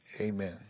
Amen